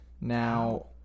Now